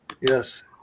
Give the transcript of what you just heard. Yes